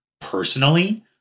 personally